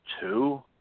two